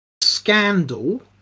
scandal